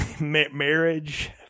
marriage